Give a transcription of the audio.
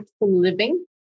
Living